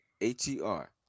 H-E-R